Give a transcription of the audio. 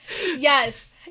Yes